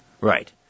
Right